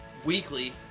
weekly